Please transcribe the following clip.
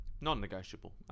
non-negotiable